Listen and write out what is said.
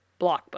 blockbuster